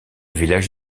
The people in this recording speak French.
village